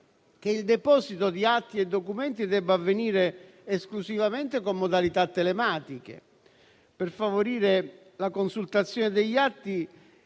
che il deposito di atti e documenti debba avvenire esclusivamente con modalità telematiche. Per favorire la consultazione degli atti